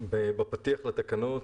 בפתיח לתקנות,